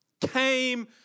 came